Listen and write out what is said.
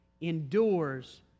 endures